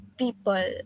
people